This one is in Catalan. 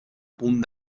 punt